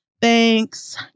Thanks